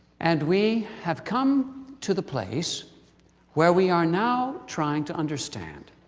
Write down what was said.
and we have come to the place where we are now trying to understand